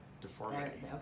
deformity